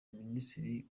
minisitiri